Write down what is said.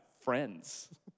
friends